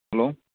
hello